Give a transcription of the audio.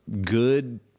good